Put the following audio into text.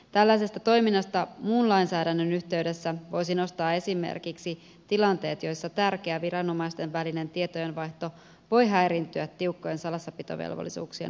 tällaisesta toiminnasta muun lainsäädännön yhteydessä voisi nostaa esimerkiksi tilanteet joissa tärkeä viranomaisten välinen tietojenvaihto voi häiriintyä tiukkojen salassapitovelvollisuuksien vuoksi